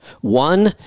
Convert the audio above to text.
One